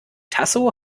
tasso